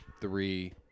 three